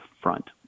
front